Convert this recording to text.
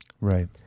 Right